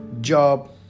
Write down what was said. job